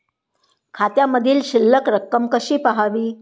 खात्यामधील शिल्लक रक्कम कशी पहावी?